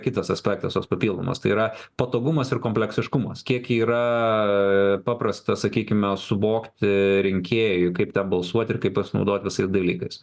kitas aspektas toks papildomas tai yra patogumas ir kompleksiškumas kiek yra paprasta sakykime suvokti rinkėjui kaip ten balsuoti ir kaip pasinaudot visais dalykais